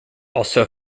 also